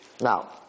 Now